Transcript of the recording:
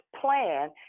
plan